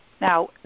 now